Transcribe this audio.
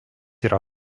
yra